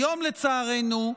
היום, לצערנו,